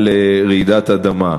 על רעידת אדמה.